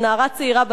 של נערה צעירה,